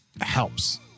helps